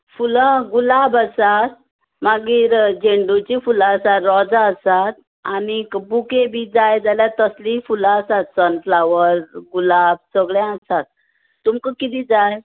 फुलां गुलाब आसात मागीर झेंडुचीं फुलां आसा रोझां आसा आनीक बुके बी जाय जाल्यार तसलीं फुलां आसात सनफ्लावर गुलाब सगळें आसात तुमका कितें जाय